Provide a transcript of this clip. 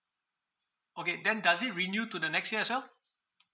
okay then does it renew to the next year as well